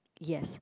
yes